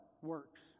works